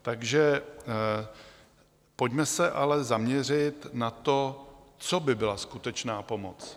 Takže pojďme se ale zaměřit na to, co by byla skutečná pomoc.